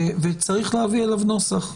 וצריך להביא אליו נוסח.